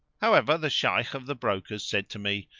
however the shaykh of the brokers said to me,